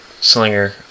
Slinger